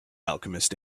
alchemist